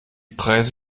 preise